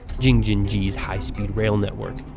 jing-jin-ji's high speed rail network.